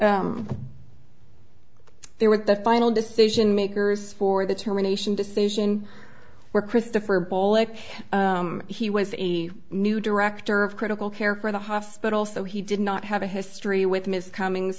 given there with the final decision makers for the termination decision were christopher paul like he was a new director of critical care for the hospital so he did not have a history with ms cummings